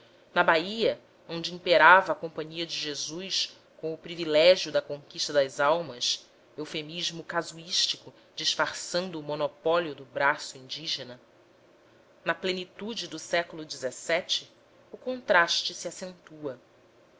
na bahia onde imperava a companhia de jesus com o privilégio da conquista das almas eufemismo casuístico disfarçando o monopólio do braço indígena na plenitude do século xvii o contraste se acentua